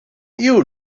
you